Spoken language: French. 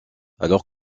alors